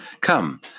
Come